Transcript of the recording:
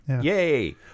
Yay